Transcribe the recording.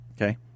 Okay